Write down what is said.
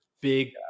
big